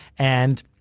and,